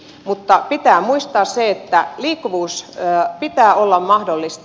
mutta pitää muistaa se että liikkuvuuden pitää olla mahdollista